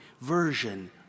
version